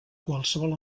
qualsevol